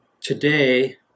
today